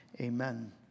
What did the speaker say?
amen